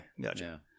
Gotcha